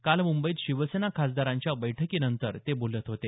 काल मुंबईत शिवसेना खासदारांच्या बैठकीनंतर ते बोलत होते